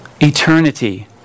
eternity